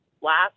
last